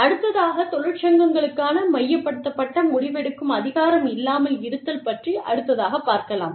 அடுத்ததாகத் தொழிற்சங்கங்களுக்கான மையப்படுத்தப்பட்ட முடிவெடுக்கும் அதிகாரம் இல்லாமல் இருத்தல் பற்றி அடுத்ததாகப் பார்க்கலாம்